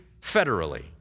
federally